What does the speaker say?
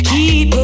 Keep